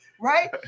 right